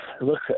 Look